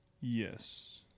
Yes